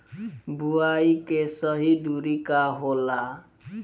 बुआई के सही दूरी का होला?